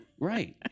right